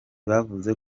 bavuze